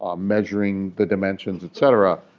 um measuring the dimensions, et cetera?